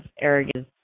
arrogance